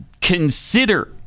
consider